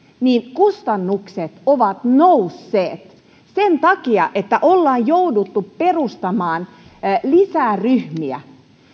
kustannukset ovat nousseet sen takia että ollaan jouduttu perustamaan lisää ryhmiä